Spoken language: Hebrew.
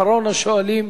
אחרון השואלים,